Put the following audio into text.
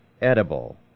edible